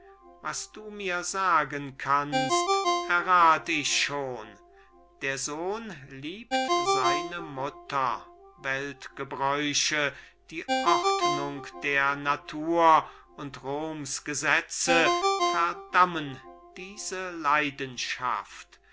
was du mir sagen kannst errat ich schon der sohn liebt seine mutter weltgebräuche die ordnung der natur und roms gesetze verdammen diese leidenschaft